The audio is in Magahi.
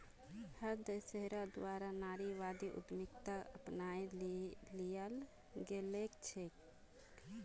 हर देशेर द्वारा नारीवादी उद्यमिताक अपनाए लियाल गेलछेक